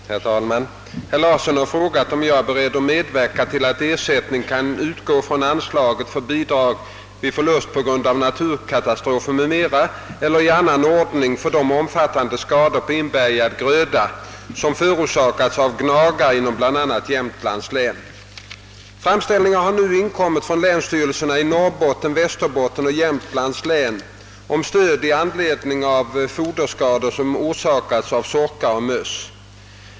Herr talman! Herr Larsson i Norderön har frågat, om jag är beredd att medverka till att ersättning kan utgå från anslaget för bidrag vid förlust på grund av naturkatastrof m. m, eller i annan ordning för de omfattande skador på inbärgad gröda, som förorsakats av gnagare inom bl.a. Jämtlands län. Framställningar har nu inkommit från länsstyrelserna i Norrbottens, Västerbottens och Jämtlands län om stöd i anledning av foderskador som orsakats av sorkar och möss.